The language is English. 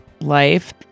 life